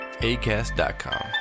ACAST.com